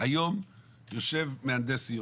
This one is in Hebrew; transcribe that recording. היום יושב מהנדס עיר,